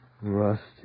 Rusty